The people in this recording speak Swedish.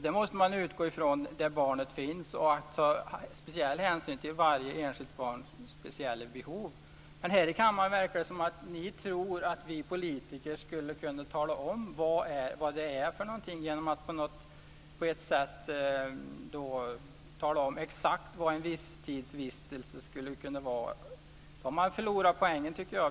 Då måste man utgå från var barnet finns och ta speciell hänsyn till varje enskilt barns speciella behov. Här i kammaren verkar det som om ni tror att vi politiker ska kunna tala om exakt vad en visstidsvistelse ska kunna vara. Då tycker jag att man har förlorat poängen.